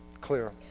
clear